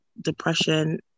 depression